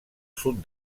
sud